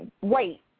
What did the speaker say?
wait